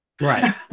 Right